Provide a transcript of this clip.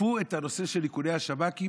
ותקפו את הנושא של איכוני השב"כ.